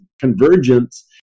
convergence